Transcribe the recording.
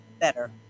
better